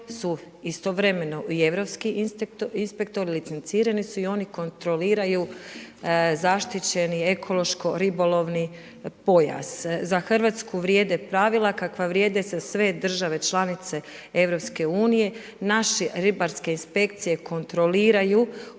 su i istovremeno i europski inspektori licencirani su i oni kontroliraju zaštićeni ekološko-ribolovni pojas. Za Hrvatsku vrijede pravila kakva vrijede za sve države članice EU. Naše ribarske inspekcije kontroliraju